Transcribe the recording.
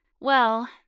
Well